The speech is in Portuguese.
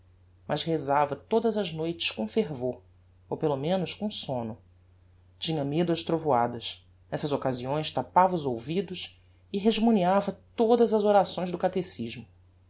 mas rezava todas as noites com fervor ou pelo menos com somno tinha medo ás trovoadas nessas occasiões tapava os ouvidos e resmoneava todas as orações do catecismo